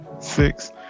Six